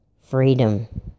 Freedom